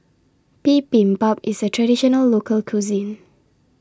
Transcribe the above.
Bibimbap IS A Traditional Local Cuisine